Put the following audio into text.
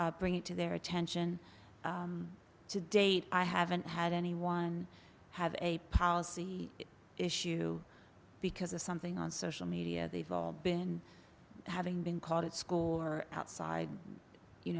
bring it to their attention to date i haven't had anyone have a policy issue because of something on social media they've all been having been called at school or outside you